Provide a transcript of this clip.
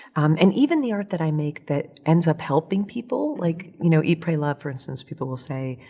and even the art that i make that ends up helping people like, you know, eat, pray, love, for instance. people will say,